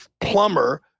plumber